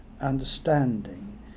understanding